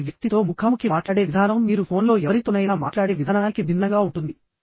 మీరు మీ వ్యక్తితో ముఖాముఖి మాట్లాడే విధానం మీరు ఫోన్లో ఎవరితోనైనా మాట్లాడే విధానానికి భిన్నంగా ఉంటుంది